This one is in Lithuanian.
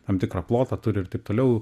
tam tikrą plotą turi ir taip toliau